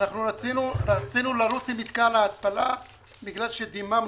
אנחנו רצינו לרוץ עם מתקן ההתפלה בגלל שדיממנו,